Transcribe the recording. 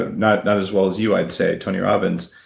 ah not not as well as you i'd say, tony robbins,